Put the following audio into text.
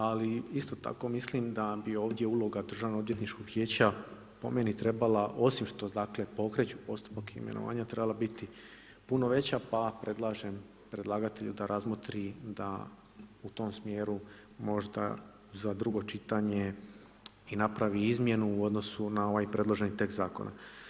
Ali isto tako mislim da bi ovdje uloga Državnoodvjetničkog vijeća po meni bi trebala osim što dakle pokreću postupak imenovanja trebala biti puno veća, pa predlažem predlagatelju da razmotri da u tom smjeru možda za drugo čitanje i napravi izmjenu u odnosu na ovaj predloženi tekst zakona.